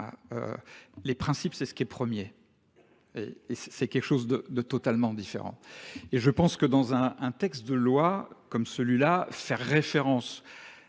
Les principes c'est ce qui est premier. Et c'est quelque chose de totalement différent. Et je pense que dans un texte de loi comme celui-là, faire référence